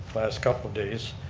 last couple days.